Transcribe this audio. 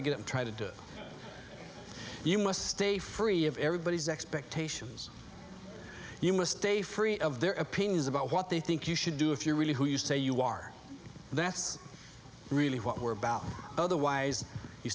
to get and try to do it you must stay free of everybody's expectations you must stay free of their opinions about what they think you should do if you're really who you say you are that's really what we're about otherwise you